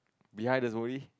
behind the smoothie